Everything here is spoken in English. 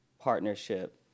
partnership